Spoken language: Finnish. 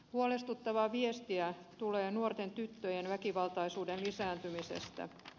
huolestuttavaa viestiä tulee nuorten tyttöjen väkivaltaisuuden lisääntymisestä